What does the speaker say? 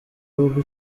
bihugu